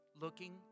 looking